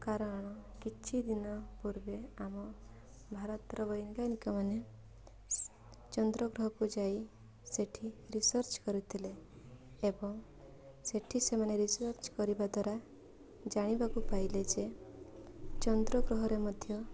କାରଣ କିଛି ଦିନ ପୂର୍ବେ ଆମ ଭାରତର ବୈଜ୍ଞାନିକ ମାନେ ଚନ୍ଦ୍ର ଗ୍ରହକୁ ଯାଇ ସେଇଠି ରିସର୍ଚ୍ଚ କରିଥିଲେ ଏବଂ ସେଇଠି ସେମାନେ ରିସର୍ଚ୍ଚ କରିବା ଦ୍ୱାରା ଜାଣିବାକୁ ପାଇଲେ ଯେ ଚନ୍ଦ୍ର ଗ୍ରହରେ ମଧ୍ୟ